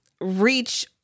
reach